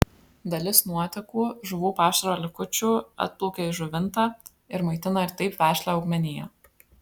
dalis nuotekų žuvų pašaro likučių atplaukia į žuvintą ir maitina ir taip vešlią augmeniją